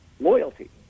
Loyalty